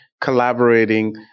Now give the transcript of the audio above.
collaborating